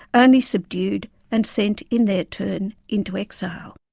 only subdued and sent, in their turn, into exile.